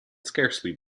scarcely